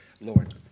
Lord